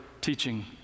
teaching